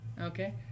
Okay